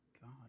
God